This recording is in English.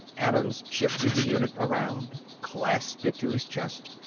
adams shifted the unit around, clasped it to his chest.